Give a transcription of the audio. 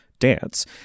dance